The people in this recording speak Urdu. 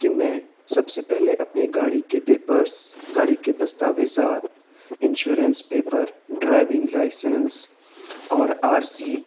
کہ میں سب سے پہلے اپنے گاڑی کے پیپرس گاڑی کے دستاویزات انشورنس پیپر ڈرائیونگ لائسنس اور آر سی